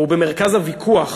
או שהוא במרכז הוויכוח